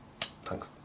thanks